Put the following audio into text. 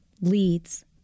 leads